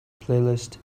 playlist